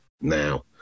now